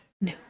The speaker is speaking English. no